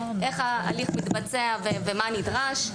איך ההליך מתבצע ומה נדרש.